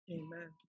amen